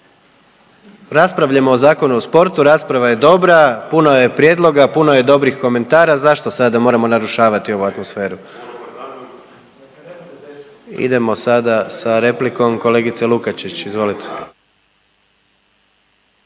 raspravljamo o Zakonu o sportu, rasprava je dobra, puno je prijedloga, puno je dobrih komentara. Zašto sada moramo narušavati ovu atmosferu. Idemo sada sa replikom kolegice Lukačić, izvolite.